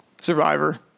Survivor